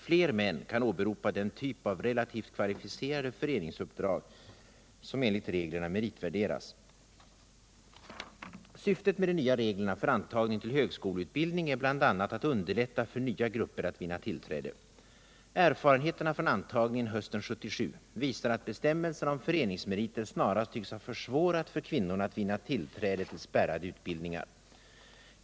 Fler män kan åberopa den typ av relativt kvalificerade föreningsuppdrag som enligt reglerna meritvärderas. Syftet med de nya reglerna för antagning till högskoleutbildning är bl.a. att underlätta för nya grupper att vinna tillträde. Erfarenheterna från antagningen hösten 1977 visar att bestämmelserna om föreningsmeriter snarast tycks ha försvårat för kvinnorna att vinna tillträde till spärrade utbildningar.